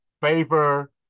favor